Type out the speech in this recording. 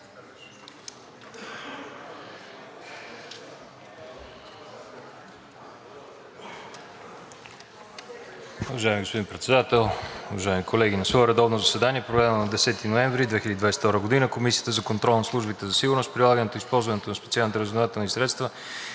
Уважаеми господин Председател, уважаеми колеги! „На свое редовно заседание, проведено на 10 ноември 2022 г., Комисията за контрол над службите за сигурност, прилагането и използването на специалните разузнавателни средства